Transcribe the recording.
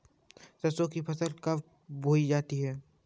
सरसों की फसल कब बोई जाती है?